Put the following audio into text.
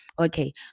Okay